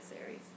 series